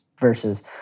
versus